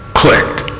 clicked